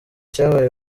cyabaye